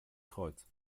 kreuz